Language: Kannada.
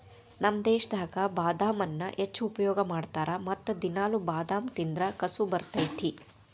ನಮ್ಮ ದೇಶದಾಗ ಬಾದಾಮನ್ನಾ ಹೆಚ್ಚು ಉಪಯೋಗ ಮಾಡತಾರ ಮತ್ತ ದಿನಾಲು ಬಾದಾಮ ತಿಂದ್ರ ಕಸು ಬರ್ತೈತಿ